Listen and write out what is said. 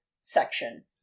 section